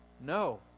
No